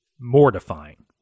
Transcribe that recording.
Mortifying